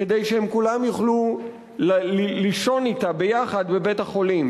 כדי שהם כולם יוכלו לישון אתה יחד בבית-חולים,